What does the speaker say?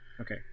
Okay